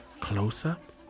close-up